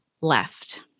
left